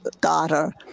daughter